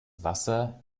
wasser